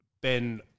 Ben